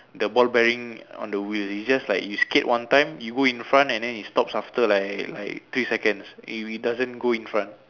the ball bearing on the wheel it's just like you skate one time you go in front and then it stops after like like three second it doesn't go in front